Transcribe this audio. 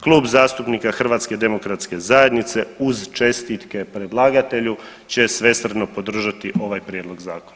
Klub zastupnika HDZ-a uz čestitke predlagatelju će svestrano podržati ovaj prijedlog zakona.